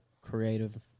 creative